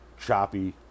choppy